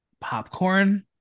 popcorn